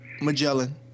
Magellan